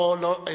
לא,